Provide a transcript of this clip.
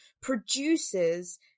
produces